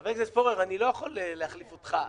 חבר הכנסת פורר, אני לא יכול להחליף אותך.